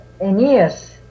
Aeneas